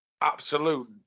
absolute